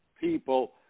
people